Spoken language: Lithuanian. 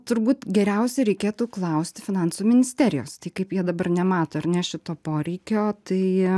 turbūt geriausiai reikėtų klausti finansų ministerijos tai kaip jie dabar nemato ar ne šito poreikio tai